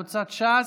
קבוצת סיעת ש"ס: